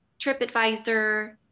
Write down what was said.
Tripadvisor